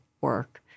work